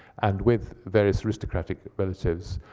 and with various aristocratic relatives,